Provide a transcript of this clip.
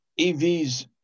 EVs